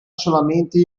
solamente